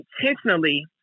intentionally